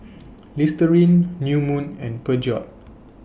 Listerine New Moon and Peugeot